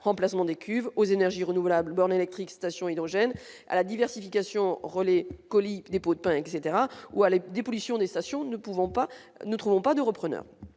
remplacement des cuves aux énergies renouvelables bornes électriques station hydrogène à la diversification Relais Colis dépôt de pain, etc ou à la dépollution des stations, ne pouvons pas ne trouveront